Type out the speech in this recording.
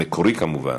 המקורי, כמובן,